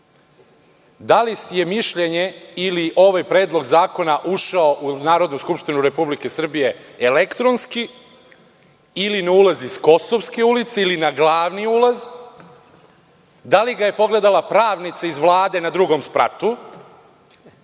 Da li je mišljenje ili ovaj predlog zakona ušao u Narodnu skupštinu Republike Srbije elektronski ili na ulaz iz Kosovske ulice ili na Glavni ulaz, da li ga je pogledala pravnica iz Vlade na drugom spratu?